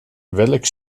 welk